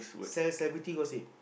sell celebrity gossip